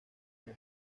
muy